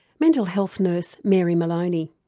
mental health nurse mary maloney.